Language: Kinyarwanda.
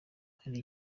hari